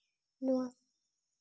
ᱱᱚᱣᱟ